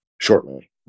shortly